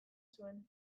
zuen